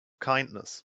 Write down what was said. kindness